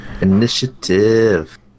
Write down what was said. Initiative